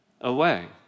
away